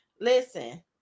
Listen